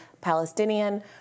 Palestinian